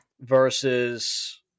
versus –